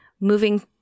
moving